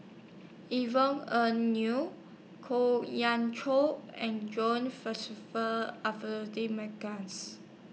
Yvonne Ng Uhde Kwok Chow and John